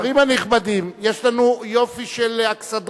השרים הנכבדים, יש לנו יופי של אכסדרה,